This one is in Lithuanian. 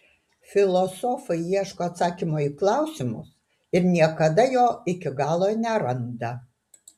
filosofai ieško atsakymo į klausimus ir niekada jo iki galo neranda